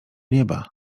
nieba